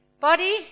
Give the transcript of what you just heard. body